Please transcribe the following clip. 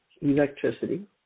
electricity